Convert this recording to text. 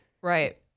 Right